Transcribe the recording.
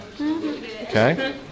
Okay